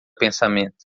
pensamento